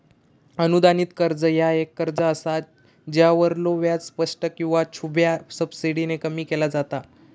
अनुदानित कर्ज ह्या एक कर्ज असा ज्यावरलो व्याज स्पष्ट किंवा छुप्या सबसिडीने कमी केला जाता